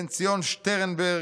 בן-ציון שטרנברג,